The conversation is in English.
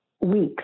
Weeks